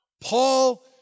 Paul